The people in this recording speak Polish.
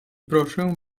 proszę